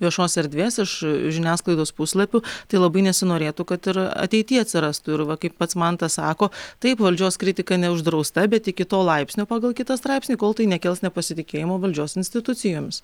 viešos erdvės iš žiniasklaidos puslapių tai labai nesinorėtų kad ir ateity atsirastų ir va kaip pats mantas sako taip valdžios kritika neuždrausta bet iki to laipsnio pagal kitą straipsnį kol tai nekels nepasitikėjimo valdžios institucijomis